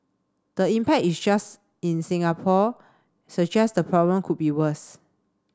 the impact is just in Singapore suggests the problem could be worse